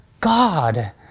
God